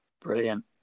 Brilliant